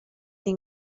این